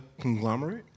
conglomerate